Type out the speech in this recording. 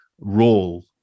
role